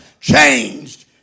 Changed